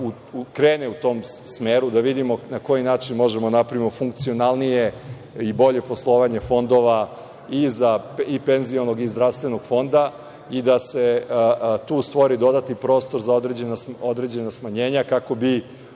se krene u tom smeru, da vidimo na koji način možemo da napravimo funkcionalnije i bolje poslovanje fondova i Penzionog i zdravstvenog fonda i da se tu stvori dodatni prostor za određena smanjenja, kako bi